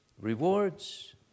Rewards